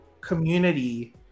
community